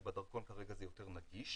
כי בדרכון כרגע זה יותר נגיש,